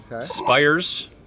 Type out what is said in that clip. Spires